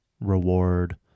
reward